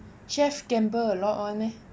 chef gamble a lot or you meh